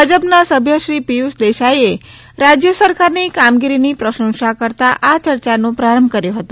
ભાજપના સભ્ય શ્રી પિયુષ દેસાઈએ રાજ્ય સરકારની કામગીરીની પ્રશંસા કરતા આ ચર્ચાનો પ્રારંભ કર્યો હતો